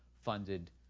funded